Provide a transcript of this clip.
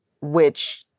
Which-